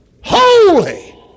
Holy